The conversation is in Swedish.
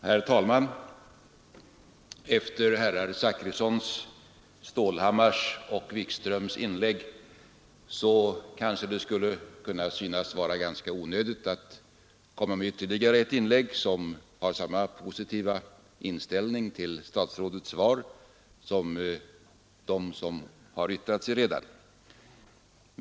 Herr talman! Efter herrar Zachrissons, Stålhammars och Wikströms anföranden kanske det skulle kunna synas vara ganska onödigt att komma med ytterligare ett inlägg; jag har nämligen samma positiva inställning till statsrådets svar som de som redan yttrat sig.